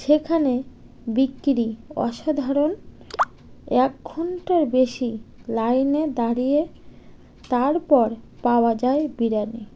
সেখানে বিক্রি অসাধারণ এক ঘন্টার বেশি লাইনে দাঁড়িয়ে তারপর পাওয়া যায় বিরিয়ানি